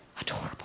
Adorable